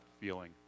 feeling